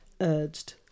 urged